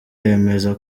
yemeza